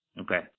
Okay